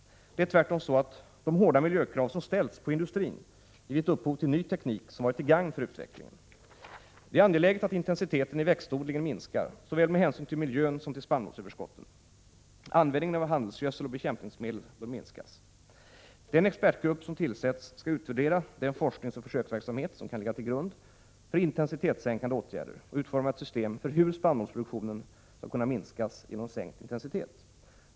Det är tvärtom så att de hårda miljökrav som ställs på industrin givit upphov till ny teknik som varit gagn för utvecklingen. Det är angeläget att intensiteten i växtodlingen minskar, med hänsyn till såväl miljön som spannmålsöverskotten. Användningen av handelsgödsel och bekämpningsmedel bör därför minskas. Den expertgrupp som tillsätts skall utvärdera den forskningsoch försöksverksamhet som kan ligga till grund för intensitetssänkande åtgärder och utforma ett system för hur spannmålsproduktionen skall kunna minskas genom sänkt intensitet.